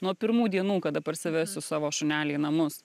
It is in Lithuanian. nuo pirmų dienų kada parsivesiu savo šunelį į namus